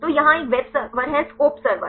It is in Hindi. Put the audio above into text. तो यहाँ एक वेब सर्वर है SCOP सर्वर